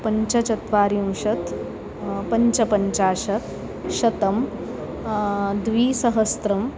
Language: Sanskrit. पञ्चचत्वारिंशत् पञ्चपञ्चाशत् शतं द्विसहस्रम्